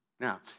Now